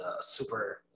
super